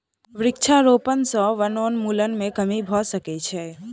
वृक्षारोपण सॅ वनोन्मूलन मे कमी भ सकै छै